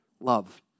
love